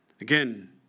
Again